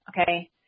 okay